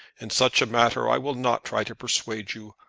in such a matter i will not try to persuade you.